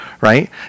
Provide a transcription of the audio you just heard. right